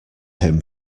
him